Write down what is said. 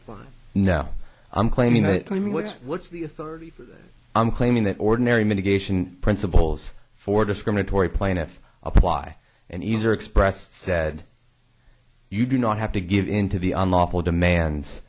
apply no i'm claiming that i mean what's what's the authority i'm claiming that ordinary mitigation principles for discriminatory plaintiff apply and easier expressed said you do not have to give in to be unlawful demands